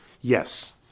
yes